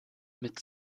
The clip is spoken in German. mit